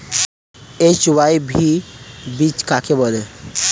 HYV বীজ কাকে বলে?